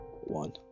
one